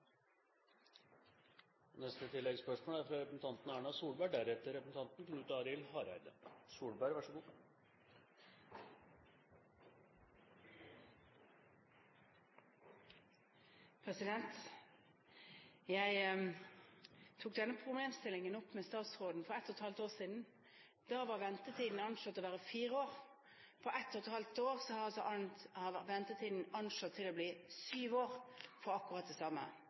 Erna Solberg – til oppfølgingsspørsmål. Jeg tok denne problemstillingen opp med statsråden for ett og et halvt år siden. Da var ventetiden anslått å være fire år. Etter ett og et halvt år er altså ventetiden anslått å være syv år for akkurat det samme.